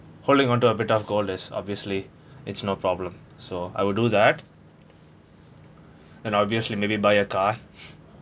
holding on to a bit of gold is obviously it's no problem so I will do that and obviously maybe buy a car